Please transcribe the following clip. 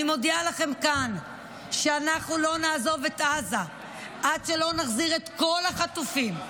אני מודיעה לכם כאן שאנחנו לא נעזוב את עזה עד שלא נחזיר את כל החטופים,